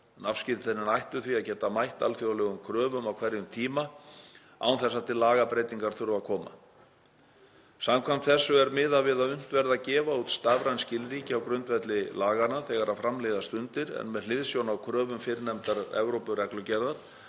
Nafnskírteinin ættu því að geta mætt alþjóðlegum kröfum á hverjum tíma án þess að til lagabreytingar þurfi að koma. Samkvæmt þessu er miðað við að unnt verði að gefa út stafræn skilríki á grundvelli laganna þegar fram líða stundir en með hliðsjón af kröfum fyrrnefndrar Evrópureglugerðar